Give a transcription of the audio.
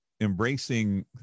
embracing